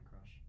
crush